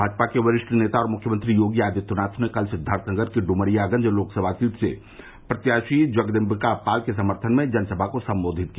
भाजपा के वरिष्ठ नेता और मुख्यमंत्री योगी आदित्यनाथ ने कल सिद्धार्थनगर की ड्मरियागंज लोकसभा सीट के प्रत्याशी जगदम्बिका पाल के समर्थन में जनसभा को संबोधित किया